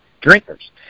drinkers